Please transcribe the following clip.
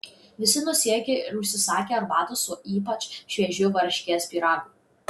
visi nusijuokė ir užsisakė arbatos su ypač šviežiu varškės pyragu